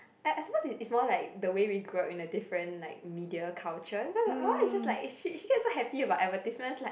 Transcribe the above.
I I suppose is more like the way we grew up in a different like media culture because my mum is just like she she gets so happy about advertisements like